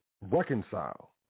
reconcile